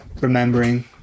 remembering